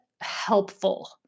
helpful